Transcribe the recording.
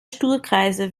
stuhlkreise